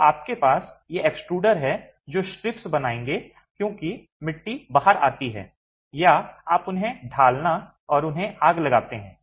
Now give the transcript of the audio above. तो आपके पास ये एक्सट्रूडर हैं जो स्ट्रिप्स बनाएंगे क्योंकि मिट्टी बाहर आती है या आप उन्हें ढालना और उन्हें आग लगाते हैं